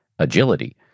agility